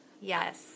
Yes